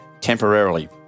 temporarily